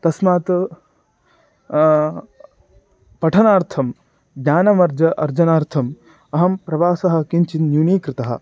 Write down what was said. तस्मात् पठनार्थं ज्ञानम् अर्जितुम् अर्जनार्थंम् अहं प्रवासं किञ्चिन्न्यूनीकृतवान्